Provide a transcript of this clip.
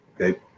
Okay